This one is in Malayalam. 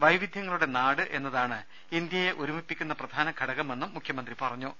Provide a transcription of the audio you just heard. വൈവിധ്യങ്ങളുടെ നാട് എന്നതാണ് ഇന്ത്യയെ ഒരു മിപ്പിക്കുന്ന പ്രധാനഘടകമെന്നും മുഖ്യമന്ത്രി പറഞ്ഞു